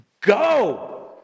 go